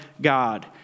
God